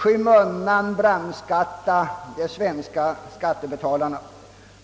skymundan, kan brandskatta de svenska skattebetalarna.